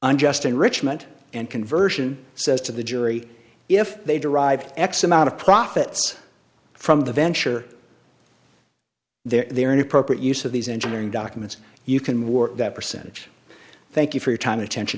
unjust enrichment and conversion says to the jury if they derive x amount of profits from the venture their inappropriate use of these engineering documents you can work that percentage thank you for your time attention